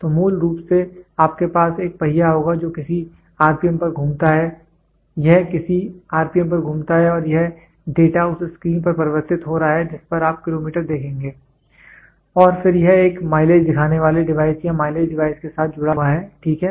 तो मूल रूप से आपके पास एक पहिया होगा जो किसी आरपीएम पर घूमता है यह किसी आरपीएम पर घूमता है और यह डेटा उस स्क्रीन पर परिवर्तित हो रहा है जिस पर आप किलोमीटर देखेंगे और फिर यह एक माइलेज दिखाने वाले डिवाइस या माइलेज डिवाइस के साथ जुड़ा हुआ है ठीक है